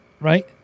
right